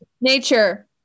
Nature